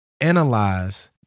analyze